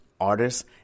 artists